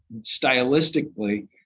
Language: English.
stylistically